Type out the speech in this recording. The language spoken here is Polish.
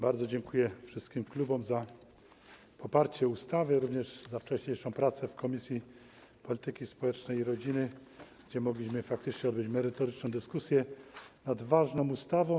Bardzo dziękuję wszystkim klubom za poparcie ustawy, również za wcześniejszą pracę w Komisji Polityki Społecznej i Rodziny, gdzie faktycznie mogliśmy odbyć merytoryczną dyskusję nad ważną ustawą.